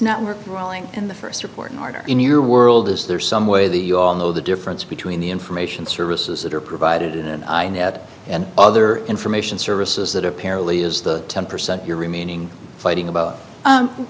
network rolling in the first report in order in your world is there some way the you all know the difference between the information services that are provided and i net and other information services that apparently is the ten percent you're remaining fighting about